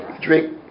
drink